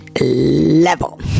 level